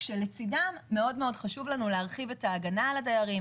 כשלצדם מאוד חשוב לנו להרחיב את ההגנה על הדיירים,